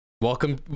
welcome